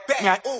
back